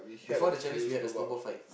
before the challenge we had a snowball fight